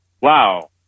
wow